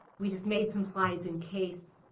we just made some slides in case.